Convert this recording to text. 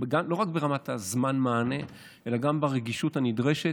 לא רק ברמת זמן המענה אלא גם ברגישות הנדרשת.